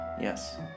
Yes